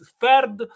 third